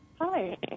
Hi